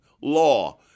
law